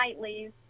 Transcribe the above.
nightlies